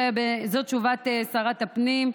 זאת תשובת שרת הפנים,